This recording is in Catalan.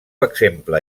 exemple